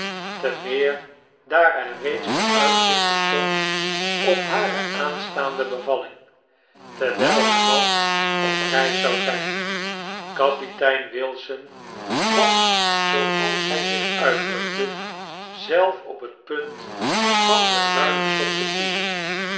te meer daar er reeds vooruitzicht bestond op hare aanstaande bevalling terwgl haar man op reis zou zgn kapitein wilson was zooals hg zich uitdrukte zelf op het punt van het ruime sop te kiezen